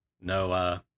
no